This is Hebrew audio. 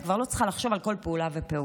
את כבר לא צריכה לחשוב על כל פעולה ופעולה.